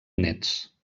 néts